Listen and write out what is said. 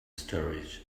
stories